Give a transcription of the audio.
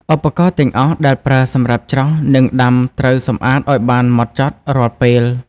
ឧបករណ៍ ទាំងអស់ដែលប្រើសម្រាប់ច្រោះ និងដាំត្រូវសម្អាតឱ្យបានហ្មត់ចត់រាល់ពេល។